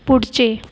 पुढचे